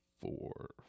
four